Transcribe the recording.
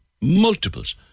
multiples